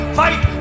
fight